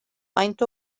faint